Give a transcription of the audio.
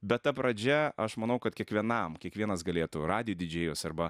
bet ta pradžia aš manau kad kiekvienam kiekvienas galėtų radijo didžėjus arba